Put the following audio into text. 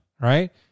right